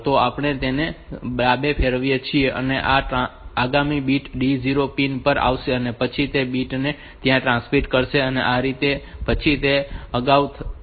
તો આપણે તેને ડાબે ફેરવીએ છીએ અને આ આગામી બીટ D0 પિન પર આવશે અને પછી તે બીટ ને ત્યાં ટ્રાન્સમિટ કરશે અને આ રીતે પછી તે આગળ જશે